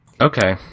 Okay